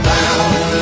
Bound